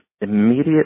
immediate